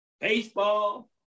baseball